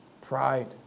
Pride